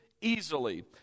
easily